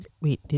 Wait